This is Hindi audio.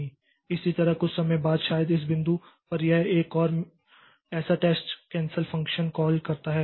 इसी तरह कुछ समय बाद शायद इस बिंदु पर यह एक और ऐसा टेस्ट कैंसल फ़ंक्शन कॉल करता है